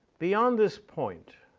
beyond this point,